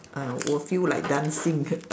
ah will feel like dancing